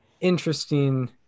interesting